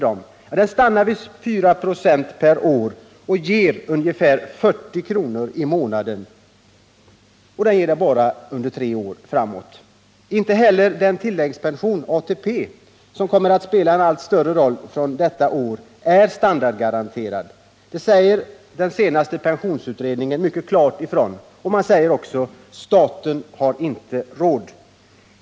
De stannar vid fyra procent per år och ger ungefär 40 kr. i månaden — och bara tre år till framåt. Inte heller den tilläggspension, ATP, som kommer att spela allt större roll från detta år är standardgaranterad — det säger den senaste pensionsutrednignen klart ut: staten har inte råd.